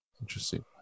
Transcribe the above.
Interesting